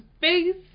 face